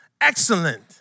excellent